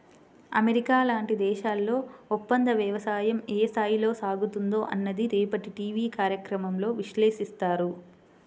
America లాంటి దేశాల్లో ఒప్పందవ్యవసాయం ఏ స్థాయిలో సాగుతుందో అన్నది రేపటి టీవీ కార్యక్రమంలో విశ్లేషిస్తారు